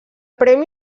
premi